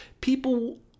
people